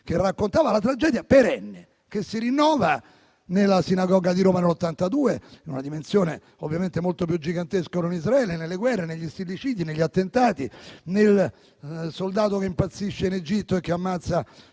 e raccontava la tragedia perenne che si rinnova nella sinagoga di Roma e in una dimensione ovviamente molto più gigantesca in Israele, nelle guerre, negli stillicidi, negli attentati, nel soldato che l'altro giorno in Egitto impazzisce e ammazza